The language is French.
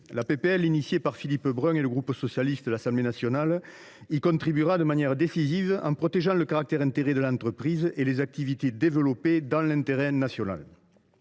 de loi déposée par Philippe Brun et ses collègues du groupe socialiste de l’Assemblée nationale y contribuera de manière décisive, en protégeant le caractère intégré de l’entreprise et les activités développées dans l’intérêt national.